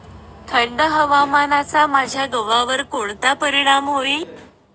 थंड हवामानाचा माझ्या गव्हावर कोणता परिणाम होईल?